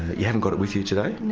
you haven't got it with you today?